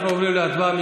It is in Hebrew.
אנחנו עוברים להצבעה.